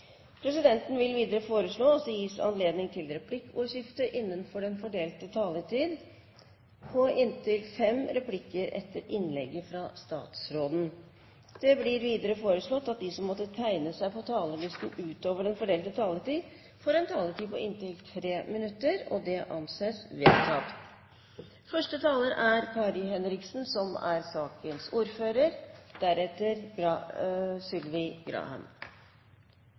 presidenten foreslå at det innenfor den fordelte taletid gis anledning til replikkordskifte på inntil tre replikker med svar etter innlegget fra statsråden. Videre blir det foreslått at de som måtte tegne seg på talerlisten utover den fordelte taletid, får en taletid på inntil 3 minutter. – Det anses vedtatt. Vi raud-grøne synest det er veldig flott at opposisjonen les Soria Moria og kjem med framlegg om gjennomføring av tiltak som